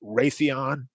Raytheon